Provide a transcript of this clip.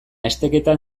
esteketan